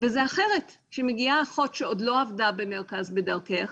וזה אחרת כשמגיעה אחות שעוד לא עבדה במרכז "בדרכך",